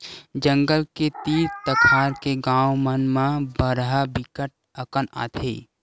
जंगल के तीर तखार के गाँव मन म बरहा बिकट अकन आथे